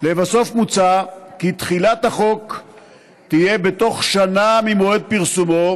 מוצע כי תחילת החוק תהיה בתוך שנה ממועד פרסומו,